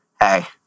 Hey